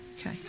okay